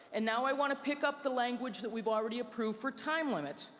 and now i want to pick up the language that we've already approved for time limits.